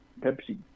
Pepsi